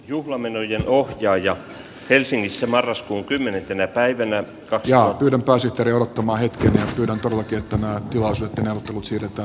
juhlamenojen ohjaaja helsingissä marraskuun kymmenentenä päivänä ja pyydän pääsihteeriä odottamaan hetken filatov kertoi nauttivansa siirto